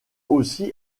aussi